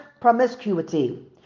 promiscuity